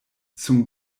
zum